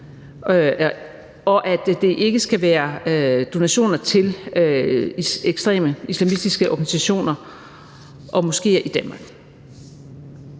og at det ikke må være donationer til ekstreme islamistiske organisationer og moskéer i Danmark.